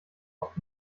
oft